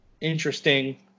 Interesting